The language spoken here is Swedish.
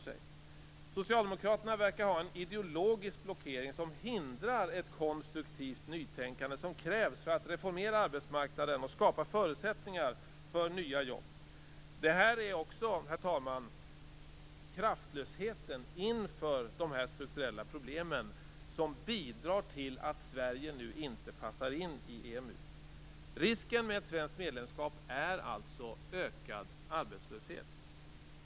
Socialdemokraterna verkar ha en ideologisk blockering som hindrar det konstruktiva nytänkande som krävs för att reformera arbetsmarknaden och skapa förutsättningar för nya jobb. Den här kraftlösheten inför de här strukturella problemen bidrar, herr talman, till att Sverige nu inte passar in i EMU. Risken med ett svenskt medlemskap är alltså ökad arbetslöshet.